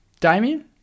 Damien